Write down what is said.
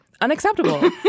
Unacceptable